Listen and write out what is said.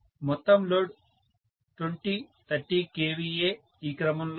మొత్తం load 20 30 kVA ఈ క్రమంలో ఉండేది